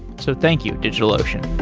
so thank you, digitalocean